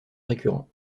récurrent